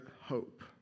hope